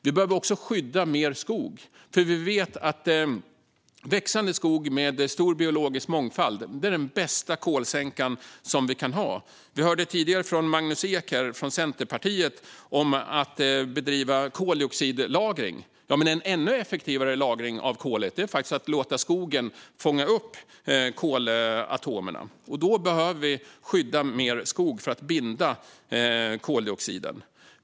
Vi behöver också skydda mer skog eftersom vi vet att växande skog med stor biologisk mångfald är den bästa kolsänkan som vi kan ha. Vi hörde tidigare här Magnus Ek från Centerpartiet tala om koldioxidlagring. Men en ännu effektivare lagring av kol är att låta skogen fånga upp kolatomerna. Då behöver vi skydda mer skog för att binda koldioxiden.